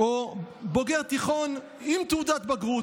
או בוגר תיכון עם תעודות בגרות: